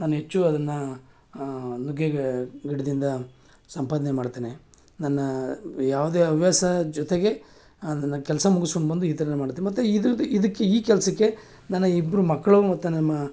ನಾನು ಹೆಚ್ಚು ಅದನ್ನು ನುಗ್ಗೆ ಗಿಡದಿಂದ ಸಂಪಾದನೆ ಮಾಡ್ತೇನೆ ನನ್ನ ಯಾವುದೇ ಹವ್ಯಾಸ ಜೊತೆಗೆ ಅದನ್ನು ಕೆಲಸ ಮುಗಿಸ್ಕೊಂಡು ಬಂದು ಈ ಥರನೇ ಮಾಡ್ತಿ ಮತ್ತು ಇದ್ರದ್ದು ಇದಕ್ಕೆ ಈ ಕೆಲಸಕ್ಕೆ ನನ್ನ ಇಬ್ಬರು ಮಕ್ಕಳು ಮತ್ತು ನಮ್ಮ